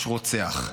יש רוצח.